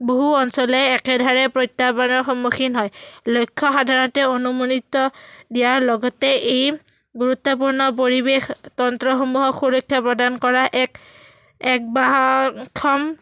বহু অঞ্চলে একেধাৰে প্ৰত্যাহ্বানৰ সন্মুখীন হয় লক্ষ্য সাধাৰণতে অনুমোদিত দিয়াৰ লগতে এই গুৰুত্বপূৰ্ণ পৰিৱেশ তন্ত্ৰসমূহক সুৰক্ষা প্ৰদান কৰা এক এক বা ক্ষম